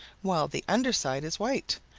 while the under side is white,